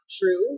true